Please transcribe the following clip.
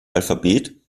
alphabet